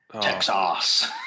Texas